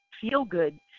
feel-good